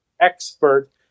expert